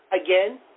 again